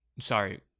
sorry